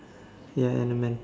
ya and the man